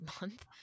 month